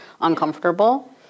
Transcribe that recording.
uncomfortable